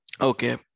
Okay